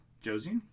Josie